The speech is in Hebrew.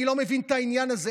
אני לא מבין את העניין הזה.